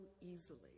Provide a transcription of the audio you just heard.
easily